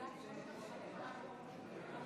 תודה רבה,